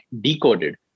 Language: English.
decoded